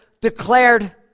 declared